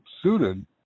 suited